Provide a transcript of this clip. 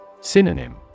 Synonym